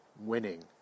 winning